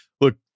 look